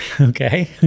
okay